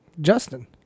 Justin